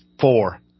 four